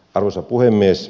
arvoisa puhemies